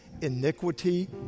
iniquity